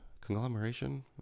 conglomeration